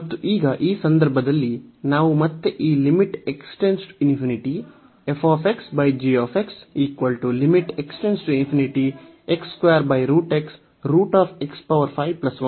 ಮತ್ತು ಈಗ ಈ ಸಂದರ್ಭದಲ್ಲಿ ನಾವು ಮತ್ತೆ ಈ ಅನ್ನು ತೆಗೆದುಕೊಳ್ಳುತ್ತೇವೆ